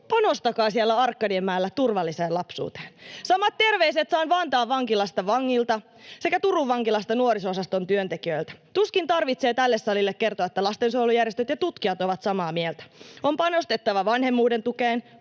panostakaa siellä Arkadianmäellä turvalliseen lapsuuteen. Samat terveiset sain sekä Vantaan vankilasta vangilta että Turun vankilasta nuoriso-osaston työntekijöiltä. Tuskin tarvitsee tälle salille kertoa, että lastensuojelujärjestöt ja tutkijat ovat samaa mieltä. On panostettava vanhemmuuden tukeen,